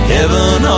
Heaven